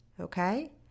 Okay